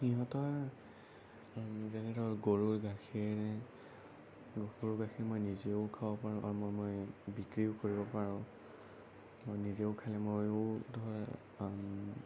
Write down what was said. সিহঁতৰ যেনে ধৰ গৰুৰ গাখীৰ গৰুৰ গাখীৰ মই নিজেও খাব পাৰোঁ আৰু মই বিক্ৰীও কৰিব পাৰোঁ আৰু নিজেও খালে ময়ো ধৰ